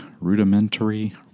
rudimentary